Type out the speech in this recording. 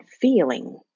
feeling